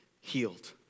healed